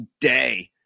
day